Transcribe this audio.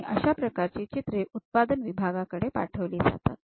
आणि अशा प्रकारची चित्रे उत्पादन विभागाकडे पाठवली जातात